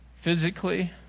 physically